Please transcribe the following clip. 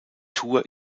tour